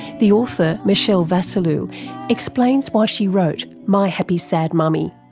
the author michelle vasiliu explains why she wrote my happy sad mummy.